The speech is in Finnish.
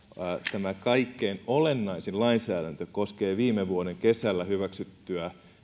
tämä kaikkein olennaisin lainsäädäntö koskee viime vuoden kesällä hyväksyttyä